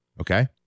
Okay